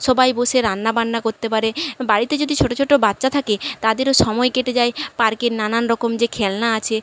সবাই বসে রান্না বান্না করতে পারে বাড়িতে যদি ছোটো ছোটো বাচ্চা থাকে তাদেরও সময় কেটে যায় পার্কের নানান রকম যে খেলনা আছে